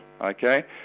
okay